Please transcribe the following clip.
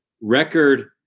record